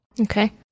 Okay